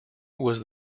was